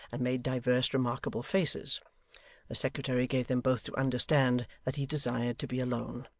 and made divers remarkable faces the secretary gave them both to understand that he desired to be alone.